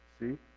see